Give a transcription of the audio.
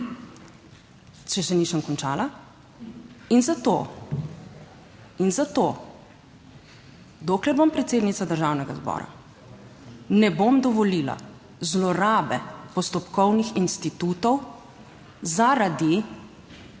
Če še nisem končala in zato, in zato dokler bom predsednica Državnega zbora, ne bom dovolila zlorabe postopkovnih institutov zaradi